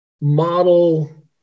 model